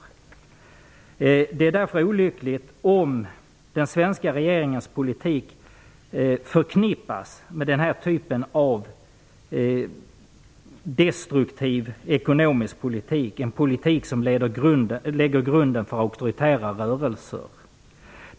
Det är olyckligt om den svenska regeringens politik förknippas med den här typen av destruktiv ekonomisk politik, en politik som lägger grunden för auktoritära rörelser.